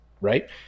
right